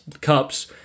cups